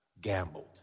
gambled